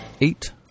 eight